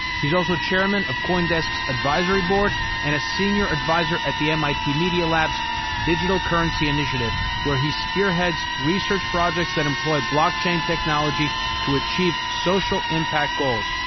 he's also chairman of coindesk's advisory board and a senior advisor at the mit media lab's digital currency initiative, where he spearheads research projects that employ blockchain technology to achieve social impact goals.